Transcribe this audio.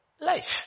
life